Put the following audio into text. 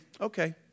okay